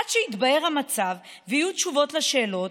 עד שיתבהר המצב ויהיו תשובות על השאלות,